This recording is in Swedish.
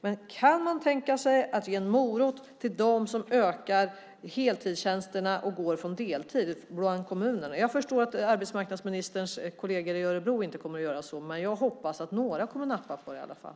Men kan man tänka sig ett ge en morot till dem som ökar heltidstjänsterna och går från deltid till heltid i våra kommuner? Jag förstår att arbetsmarknadsministerns kolleger i Örebro inte kommer att göra så, men jag hoppas att några kommer att nappa på det i alla fall.